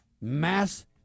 mass